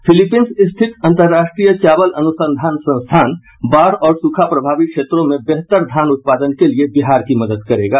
Philippines स्थित अंतर्राष्ट्रीय चावल अनुसंधान संस्थान बाढ़ और सूखा प्रभावित क्षेत्रों में बेहतर धान उत्पादन के लिए बिहार की मदद करेगा